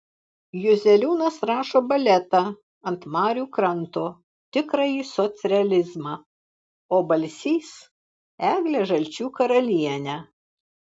juzeliūnas rašo baletą ant marių kranto tikrąjį socrealizmą o balsys eglę žalčių karalienę